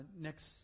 next